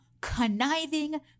conniving